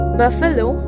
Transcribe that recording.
buffalo